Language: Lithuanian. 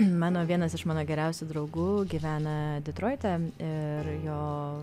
mano vienas iš mano geriausių draugų gyvena detroite ir jo